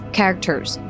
characters